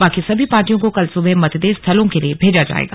बाकी सभी पार्टियों को कल सुबह मतदेय स्थलों के लिए भेजा जाएगा